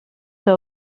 que